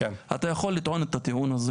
אתה יכול לטעון את הטיעון הזה